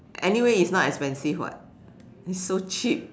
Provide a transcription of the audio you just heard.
anyway it's not expensive [what] it's so cheap